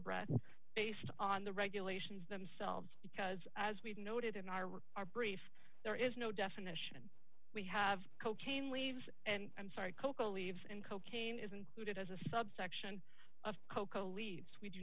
overbred based on the regulations themselves because as we've noted in our our brief there is no definition and we have cocaine leaves and i'm sorry coca leaves and cocaine is included as a subsection of coca leaves we do